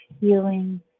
healing